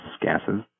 gases